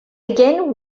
again